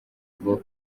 ngo